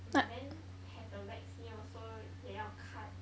but then have the vaccine also 也要看